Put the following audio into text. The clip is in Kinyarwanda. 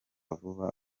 vuba